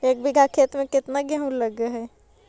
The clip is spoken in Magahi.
एक बिघा खेत में केतना गेहूं लग है?